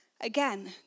again